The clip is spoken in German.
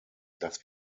dass